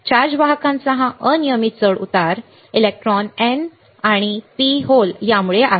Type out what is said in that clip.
charge वाहकांचा हा अनियमित चढउतार इलेक्ट्रॉन N P होल यामुळे आहेत